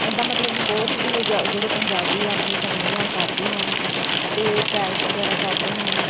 ਇਹਦਾ ਮਤਲਬ ਕਿ ਬਹੁਤ ਹੀ ਜ ਜਿਹੜੇ ਪੰਜਾਬੀ ਆ ਆਪਣੇ ਸ਼ਗਨ ਵਿਹਾਰ ਕਰਦੇ ਹਨ ਅਤੇ ਪੈਲਸ ਵਗੈਰਾ ਕਰਦੇ ਹਨ